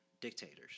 dictators